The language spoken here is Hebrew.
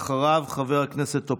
אחריו, חבר הכנסת טופורובסקי.